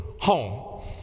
home